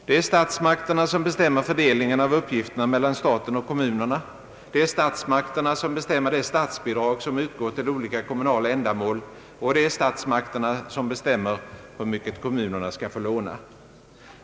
Det är statsmakterna som bestämmer fördelningen av uppgifterna mellan staten och kommunerna, det är statsmakterna som bestämmer de statsbidrag som utgår till olika kommunala ändamål, och det är statsmakterna som bestämmer hur mycket kommunerna skall få låna.